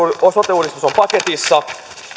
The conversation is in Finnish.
uudistus on paketissa